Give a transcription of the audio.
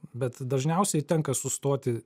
bet dažniausiai tenka sustoti